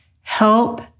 help